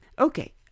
Okay